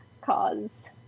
cause